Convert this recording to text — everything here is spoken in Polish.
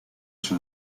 czy